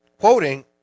quoting